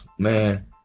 Man